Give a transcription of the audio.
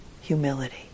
humility